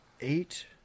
eight